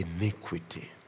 iniquity